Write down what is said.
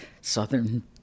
Southern